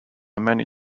many